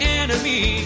enemy